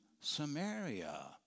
Samaria